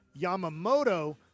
Yamamoto